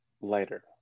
lighter